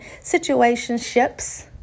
situationships